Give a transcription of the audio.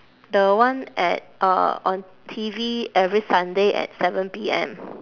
the one at uh on T_V every sunday at seven P_M